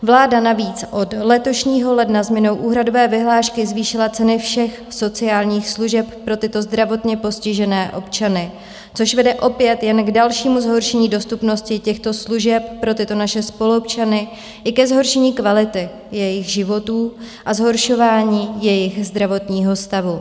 Vláda navíc od letošního ledna změnou úhradové vyhlášky zvýšila ceny všech sociálních služeb pro tyto zdravotně postižené občany, což vede opět jen k dalšímu zhoršení dostupnosti těchto služeb pro tyto naše spoluobčany i ke zhoršení kvality jejich životů a zhoršování jejich zdravotního stavu.